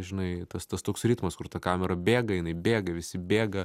žinai tas tas toks ritmas kur ta kamera bėga jinai bėga visi bėga